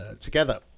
together